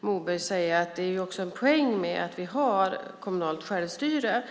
Moberg säga att det är en poäng med att vi har kommunalt självstyre.